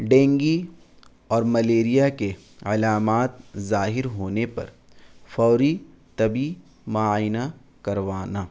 dengue اور malaria کے علامات ظاہر ہونے پر فوری طبی معائنہ کروانا